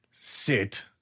sit